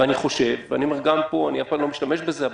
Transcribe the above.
אני אף פעם לא משתמש בזה,